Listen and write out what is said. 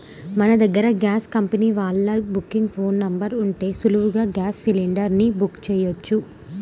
మన దగ్గర gas company వాళ్ళ బుకింగ్ ఫోన్ నెంబర్ ఉంటే సులువుగా గ్యాస్ సిలిండర్ ని బుక్ చెయ్యొచ్చు